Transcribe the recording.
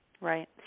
Right